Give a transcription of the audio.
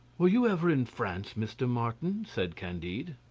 were you ever in france, mr. martin? said candide.